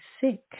sick